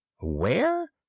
Where